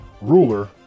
ruler